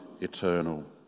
eternal